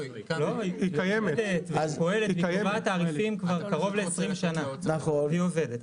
היא פועלת והיא קובעת תעריפים כבר מעל 20 שנה והיא עובדת.